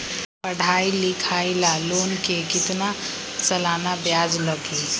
पढाई लिखाई ला लोन के कितना सालाना ब्याज लगी?